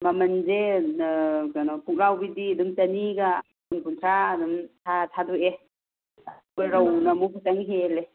ꯃꯃꯟꯁꯦ ꯀꯩꯅꯣ ꯄꯣꯛꯂꯥꯎꯕꯤꯗꯤ ꯑꯗꯨꯝ ꯆꯅꯤꯒ ꯀꯨꯟ ꯀꯨꯟꯊ꯭ꯔꯥ ꯑꯗꯨꯝ ꯊꯥ ꯊꯥꯗꯣꯛꯑꯦ ꯔꯧꯅ ꯑꯃꯨꯛ ꯈꯤꯇꯪ ꯍꯦꯜꯂꯦ